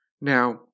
Now